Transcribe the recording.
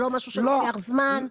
לא משהו שלוקח זמן?